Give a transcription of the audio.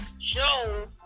show